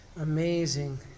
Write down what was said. amazing